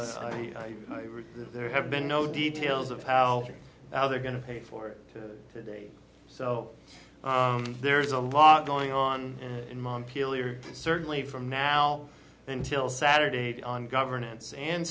i there have been no details of how they're going to pay for it today so there's a lot going on in montpelier certainly from now until saturday eight on governance and